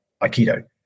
aikido